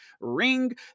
ring